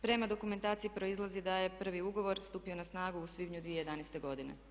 Prema dokumentaciji proizlazi da je prvi ugovor stupio na snagu u svibnju 2011. godine.